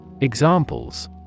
Examples